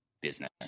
business